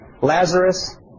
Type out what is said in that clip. Lazarus